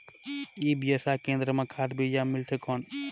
ई व्यवसाय केंद्र मां खाद बीजा मिलथे कौन?